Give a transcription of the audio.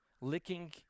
licking